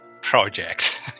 project